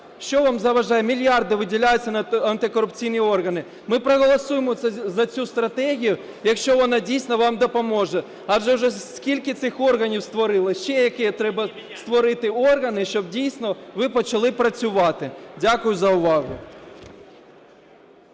Що вам заважає? Мільярди виділяються на антикорупційні органи. Ми проголосуємо за цю стратегію, якщо вона дійсно вам допоможе, адже вже скільки цих органів створили. Ще які треба створити органи, щоб дійсно ви почали працювати? Дякую за увагу.